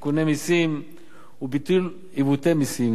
תיקוני מסים וביטול עיוותי מסים,